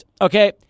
Okay